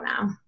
now